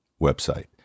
website